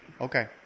Okay